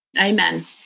Amen